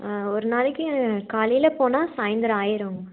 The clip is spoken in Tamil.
ஒரு நாளைக்கு காலையில் போனால் சாய்ந்தரம் ஆயிரும்